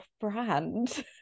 brand